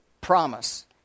promise